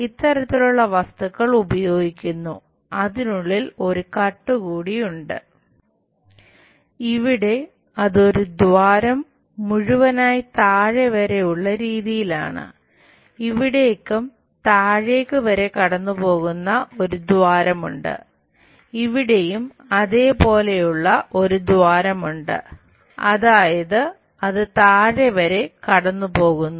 ഇവിടെ അത് ഒരു ദ്വാരം മുഴുവനായി താഴെ വരെ ഉള്ള രീതിയിലാണ് ഇവിടെയും താഴേയ്ക്ക് വരെ കടന്നുപോകുന്ന ഒരു ദ്വാരമുണ്ട് ഇവിടെയും അതെ പോലെയുള്ള ഒരു ദ്വാരമുണ്ട് അതായതു അത് താഴെ വരെ കടന്നുപോകുന്നു